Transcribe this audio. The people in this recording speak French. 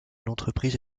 l’entreprise